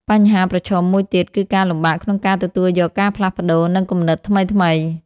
បញ្ហាប្រឈមមួយទៀត គឺការលំបាកក្នុងការទទួលយកការផ្លាស់ប្ដូរ និងគំនិតថ្មីៗ។